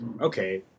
okay